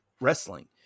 wrestling